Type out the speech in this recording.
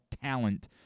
talent